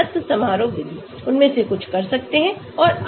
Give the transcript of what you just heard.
घनत्व समारोह विधि उनमें से कुछ कर सकते हैं औरआदि